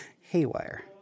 haywire